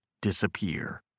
disappear